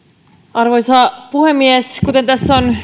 arvoisa puhemies kuten täällä on